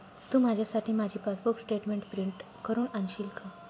तू माझ्यासाठी माझी passbook statement print करून आणशील का?